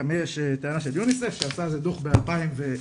שגם יש טענה של יוניסף שעשה איזה דוח ב-2013